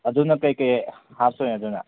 ꯑꯗꯨꯅ ꯀꯩꯀꯩ ꯍꯥꯞꯇꯣꯏꯅꯣ ꯑꯗꯨꯅ